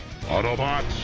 Autobots